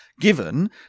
given